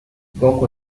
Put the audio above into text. gokū